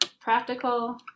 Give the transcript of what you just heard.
Practical